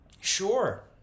Sure